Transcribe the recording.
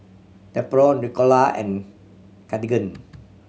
Nepro Ricola and Cartigain